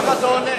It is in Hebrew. כמה זה עולה?